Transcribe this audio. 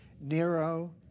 Nero